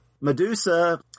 Medusa